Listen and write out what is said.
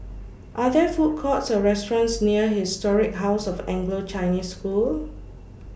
Are There Food Courts Or restaurants near Historic House of Anglo Chinese School